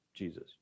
Jesus